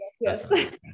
Yes